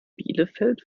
bielefeld